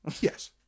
yes